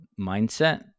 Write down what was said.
mindset